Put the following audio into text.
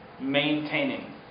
maintaining